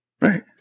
Right